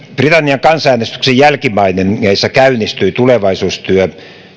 britannian kansanäänestyksen jälkimainingeissa käynnistyi tulevaisuustyö